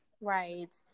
Right